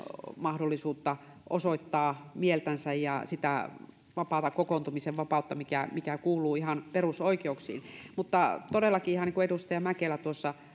mahdollisuutta osoittaa mieltänsä ja sitä vapaata kokoontumisen vapautta mikä mikä kuuluu ihan perusoikeuksiin todellakin ihan niin kuin edustaja mäkelä tuossa